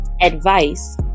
advice